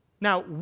Now